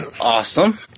Awesome